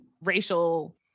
racial